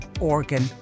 Organ